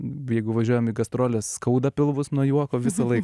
jeigu važiuojam į gastroles skauda pilvus nuo juoko visąlaik